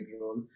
role